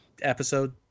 episode